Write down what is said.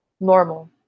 normal